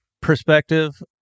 perspective